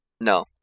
no